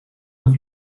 een